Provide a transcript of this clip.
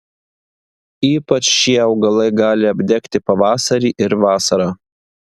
ypač šie augalai gali apdegti pavasarį ir vasarą